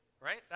right